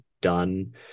done